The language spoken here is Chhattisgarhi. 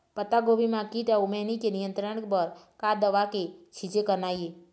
पत्तागोभी म कीट अऊ मैनी के नियंत्रण बर का दवा के छींचे करना ये?